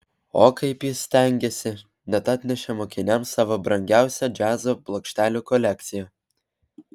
o kaip jis stengėsi net atnešė mokiniams savo brangiausią džiazo plokštelių kolekciją